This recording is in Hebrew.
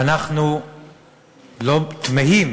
ואנחנו תמהים